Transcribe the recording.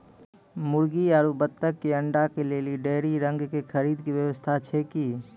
मुर्गी आरु बत्तक के अंडा के लेली डेयरी रंग के खरीद के व्यवस्था छै कि?